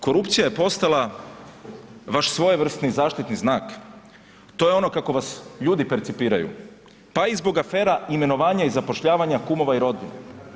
Korupcija je postala vaš svojevrsni zaštitni znak, to je ono kako vas ljudi percipiraju, pa i zbog afera imenovanja i zapošljavanja kumova i rodbine.